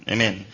Amen